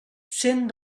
cent